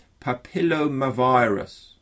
papillomavirus